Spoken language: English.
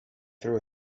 threw